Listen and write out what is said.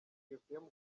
ethiopia